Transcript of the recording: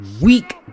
week